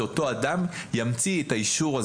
שאותו אדם ימציא את האישור הזה.